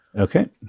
Okay